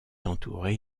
entouré